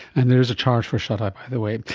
and there is a charge for shuti, by the way.